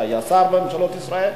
שהיה שר בממשלות ישראל,